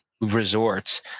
resorts